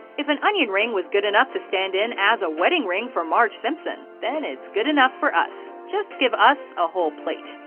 if an onion ring was good enough to stand in, as a wedding ring for marge simpson, then it's good enough for us, just give us a whole plate.